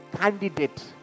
candidate